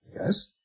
Yes